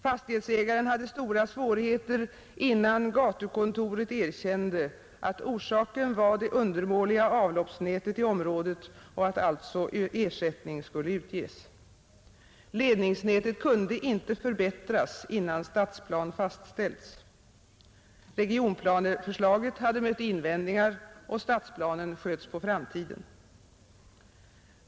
Fastighetsägaren hade stora svårigheter innan gatukontoret erkände att orsaken var det undermåliga avloppsnätet i området och att alltså ersättning kunde utges. Ledningsnätet kunde inte förbättras innan stadsplan fastställts. Regionplaneförslaget hade mött invändningar, och stadsplanen sköts på framtiden.